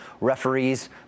referees